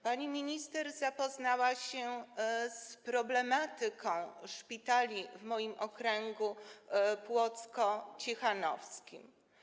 Pani minister zapoznała się z problematyką szpitali w moim okręgu płocko-ciechanowskim.